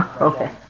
Okay